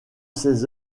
ses